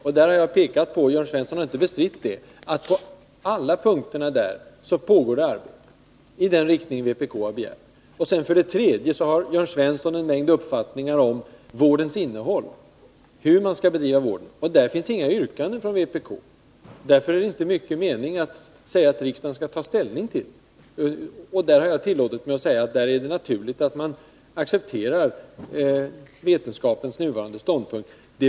Jag har pekat på — och det har inte bestritts av Jörn Svensson — att det på alla de punkter som tas upp i motionen pågår arbete i den riktning som vpk har begärt. För det tredje har Jörn Svensson en mängd uppfattningar om vårdens innehåll och bedrivande. Men därvidlag finns det inga yrkanden från vpk, och det är därför inte stor mening i att säga att riksdagen skall ta ställning i dessa avseenden. Jag har tillåtit mig att uttala, att det är naturligt att man accepterar vetenskapens nuvarande ståndpunkt i sådana sammanhang.